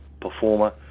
performer